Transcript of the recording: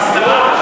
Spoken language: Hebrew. ההסתרה.